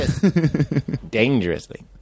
Dangerously